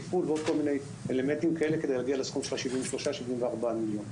תפעול ועוד כל מיני אלמנטים כאלה כדי להגיע לסכום של 73 74 מיליון שקל.